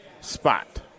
spot